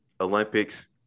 Olympics